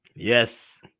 yes